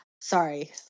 Sorry